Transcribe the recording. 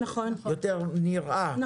יותר נראה,